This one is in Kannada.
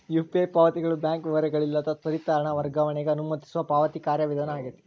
ಯು.ಪಿ.ಐ ಪಾವತಿಗಳು ಬ್ಯಾಂಕ್ ವಿವರಗಳಿಲ್ಲದ ತ್ವರಿತ ಹಣ ವರ್ಗಾವಣೆಗ ಅನುಮತಿಸುವ ಪಾವತಿ ಕಾರ್ಯವಿಧಾನ ಆಗೆತಿ